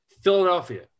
Philadelphia